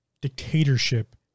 dictatorship